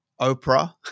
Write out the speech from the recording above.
Oprah